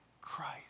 Christ